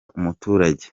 umuturage